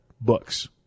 books